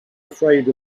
afraid